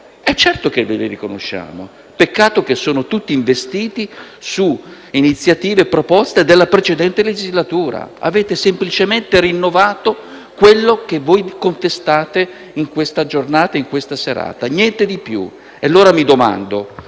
Certo che ve li riconosciamo. Peccato che siano tutti investiti su iniziative proposte nella precedente legislatura. Avete semplicemente rinnovato quello che voi contestate in questa serata, niente di più. Sulla famiglia